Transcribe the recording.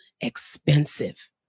expensive